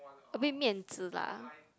a bit 面子 lah